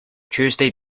tuesday